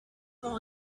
all